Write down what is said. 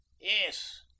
Yes